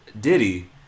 Diddy